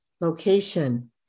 Location